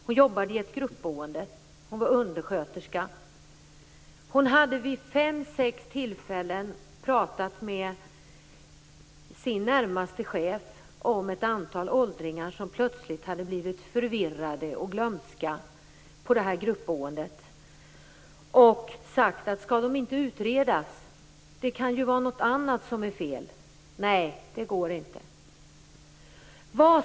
Hon arbetade som undersköterska i ett gruppboende och hade vid fem sex tillfällen talat med sin närmaste chef om ett antal åldringar i detta gruppboende som plötsligt hade blivit förvirrade och glömska. Hon hade frågat om dessa åldringar inte skulle utredas, eftersom det kunde vara något annat fel på dem. Men hon fick svaret att det inte gick.